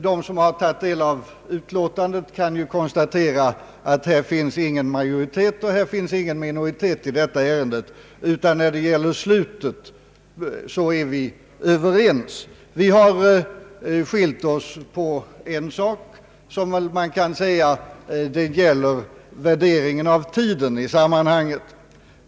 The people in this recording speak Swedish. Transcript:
De som har tagit del av sakfrågan i utlåtandet kan konstatera att det i detta ärende varken finns en majoritet eller en minoritet, utan där är vi överens. Vi har skilda meningar på en punkt, nämligen värderingen av tiden i sammanhanget.